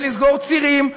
ולסגור צירים,